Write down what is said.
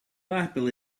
apple